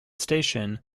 station